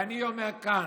אני אומר כאן: